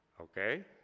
okay